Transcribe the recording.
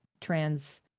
trans